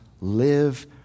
live